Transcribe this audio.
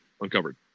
uncovered